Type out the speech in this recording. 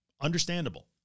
Understandable